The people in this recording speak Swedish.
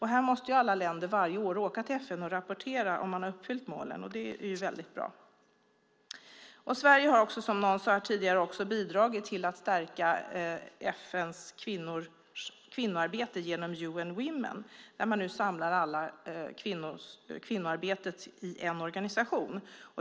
Här måste alla länder varje år åka till FN och rapportera om de har uppfyllt målen. Det är bra. Sverige har, som någon har sagt tidigare, bidragit till att stärka FN:s kvinnoarbete genom UN Women, där kvinnoarbetet samlas i en organisation.